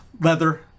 leather